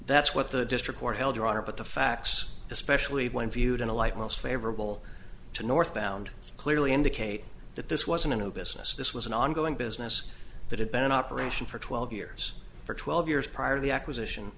that's what the district court held your honor but the facts especially when viewed in a light most favorable to northbound clearly indicate that this wasn't a no business this was an ongoing business that had been in operation for twelve years for twelve years prior to the acquisition